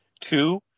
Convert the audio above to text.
Two